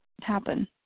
happen